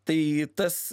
tai tas